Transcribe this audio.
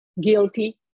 guilty